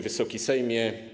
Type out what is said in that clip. Wysoki Sejmie!